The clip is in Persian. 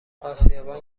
آسیابان